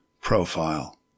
profile